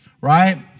right